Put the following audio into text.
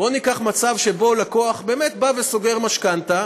בואו ניקח מצב שבו לקוח באמת בא וסוגר משכנתה,